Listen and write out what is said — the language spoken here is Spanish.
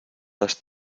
las